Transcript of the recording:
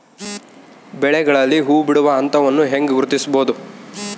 ಬೆಳೆಗಳಲ್ಲಿ ಹೂಬಿಡುವ ಹಂತವನ್ನು ಹೆಂಗ ಗುರ್ತಿಸಬೊದು?